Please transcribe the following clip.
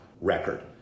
record